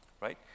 right